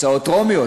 הצעות טרומיות,